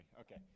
Okay